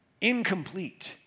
incomplete